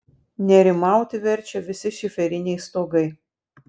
nerimauti verčia visi šiferiniai stogai